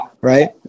Right